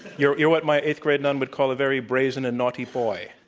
you're you're what my eighth grade nun would call a very brazen and naughty boy.